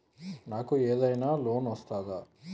నాకు ఏదైనా లోన్ వస్తదా?